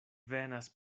venas